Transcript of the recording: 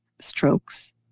strokes